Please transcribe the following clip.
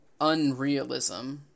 unrealism